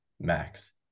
max